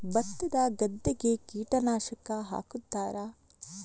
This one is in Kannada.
ಭತ್ತದ ಗದ್ದೆಗೆ ಕೀಟನಾಶಕ ಹಾಕುತ್ತಾರಾ?